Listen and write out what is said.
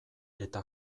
eta